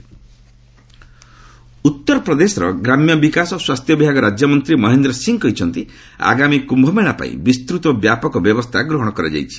UP Kumbh Mela ଉତ୍ତରପ୍ରଦେଶର ଗ୍ରାମ୍ୟ ବିକାଶ ଓ ସ୍ୱାସ୍ଥ୍ୟ ବିଭାଗ ରାଜ୍ୟମନ୍ତ୍ରୀ ମହେନ୍ଦ୍ର ସିଂହ କହିଛନ୍ତି ଆଗାମୀ କ୍ୟୁମେଳା ପାଇଁ ବିସ୍ତୃତ ତଥା ବ୍ୟାପକ ବ୍ୟବସ୍ଥା ଗ୍ରହଣ କରାଯାଇଛି